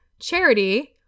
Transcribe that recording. charity